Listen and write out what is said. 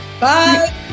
Bye